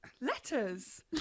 letters